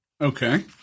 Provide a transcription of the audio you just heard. Okay